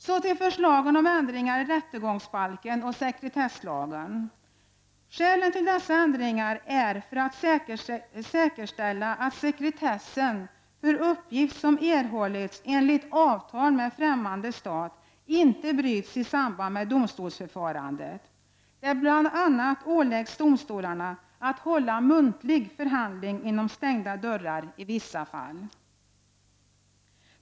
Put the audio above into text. Så till förslagen om ändringar i rättegångsbalken och sekretesslagen. Skälen till dessa ändringar är att säkerställa att sekretessen för uppgift som erhållits enligt avtal med främmande stat inte bryts i samband med domstolsförfarandet. Bl.a. åläggs domstolarna att hålla muntlig förhandling inom stängda dörrar i vissa fall.